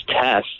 tests